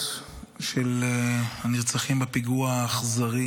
של הנרצחים בפיגוע האכזרי